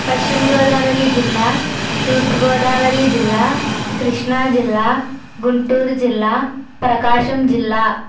పశ్చిమ గోదావరి జిల్లా తూర్పు గోదావరి జిల్లా కృష్ణా జిల్లా గుంటూరు జిల్లా ప్రకాశం జిల్లా